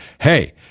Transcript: Hey